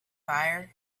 fire